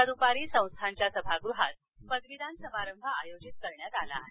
उद्या दुपारी संस्थानच्या सभागृहात पदवीदान समारंभ आयोजित केला आहे